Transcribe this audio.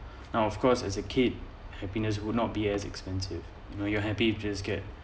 now of course as a kid happiness will not be as expensive you know you're happy which is good